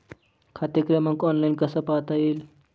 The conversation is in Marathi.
खाते क्रमांक ऑनलाइन कसा पाहता येईल?